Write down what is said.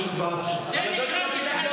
יש הצבעה עכשיו.